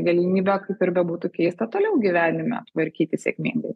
galimybę kaip ir bebūtų keista toliau gyvenime tvarkytis sėkmingai